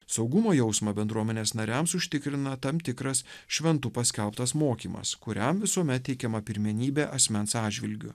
saugumo jausmą bendruomenės nariams užtikrina tam tikras šventu paskelbtas mokymas kuriam visuomet teikiama pirmenybė asmens atžvilgiu